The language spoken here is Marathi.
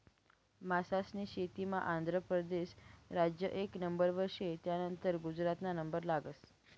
मासास्नी शेतीमा आंध्र परदेस राज्य एक नंबरवर शे, त्यानंतर गुजरातना नंबर लागस